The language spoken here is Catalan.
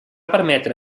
permetre